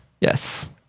yes